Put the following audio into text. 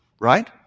Right